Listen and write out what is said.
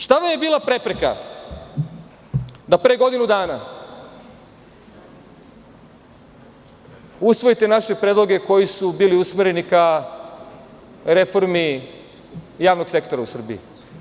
Šta vam je bila prepreka da pre godinu dana usvojite naše predloge koji su bili usmereni ka reformi javnog sektora u Srbiji?